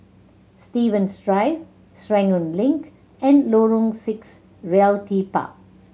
Stevens Drive Serangoon Link and Lorong Six Realty Park